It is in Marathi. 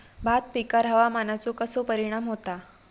भात पिकांर हवामानाचो कसो परिणाम होता?